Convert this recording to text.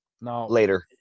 later